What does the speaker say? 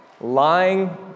lying